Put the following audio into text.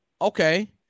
okay